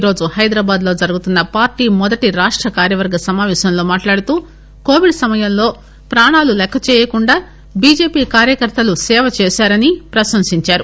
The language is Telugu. ఈ రోజు హైదరాబాద్ లో జరుగుతున్న పార్టీ మొదటి రాష్ట కార్యవర్గ సమాపేశంలో మాట్లాడుతూ కొవిడ్ సమయంలో ప్రాణాలు లెక్కచేయకుండా బి జె పి కార్యకర్తలు సేవ చేశారని ప్రశంసించారు